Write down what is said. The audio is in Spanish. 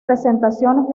presentaciones